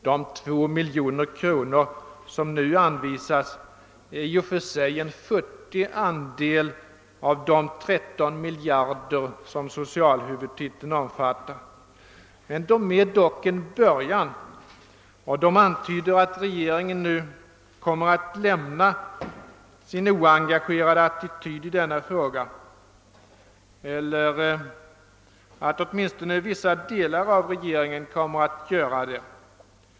De två miljoner kronor som nu anvisas är i och för sig en futtig andel av de 13 miljarder som socialhuvudtiteln omfattar, men de är dock en början och de antyder att regeringen nu kommer att lämna sin oengagerade attityd i denna fråga — eller att åtminstone vissa delar av regeringen kommer att göra det.